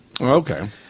Okay